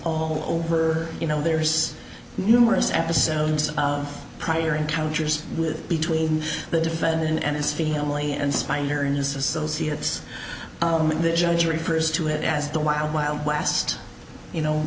all over you know there's numerous episodes of prior encounters with between the defendant and his feeling and spanier and his associates the judge refers to it as the wild wild west you know